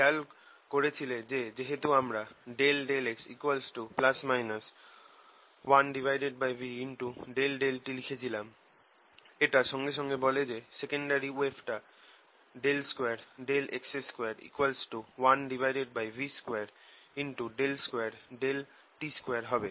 খেয়াল করেছিলে যে যেহেতু আমরা ∂x ±1v∂t লিখেছিলাম এটা সঙ্গে সঙ্গে বলে যে সেকেন্ডারি ওয়েভ টা 2x2 1v22t2 হবে